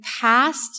past